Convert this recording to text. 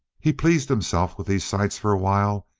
he pleased himself with these sights for a while,